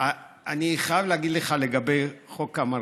אני חייב להגיד לך לגבי חוק המרכולים,